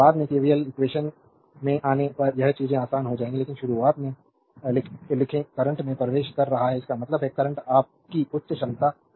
बाद में KVL equation में आने पर यह चीजें आसान हो जाएंगी लेकिन शुरुआत से लिखें करंट में प्रवेश कर रहा है इसका मतलब है करंट आपकी उच्च क्षमता से बह रहा है